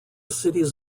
cities